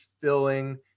filling